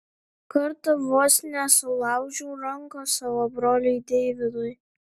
kartą vos nesulaužiau rankos savo broliui deividui